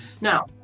Now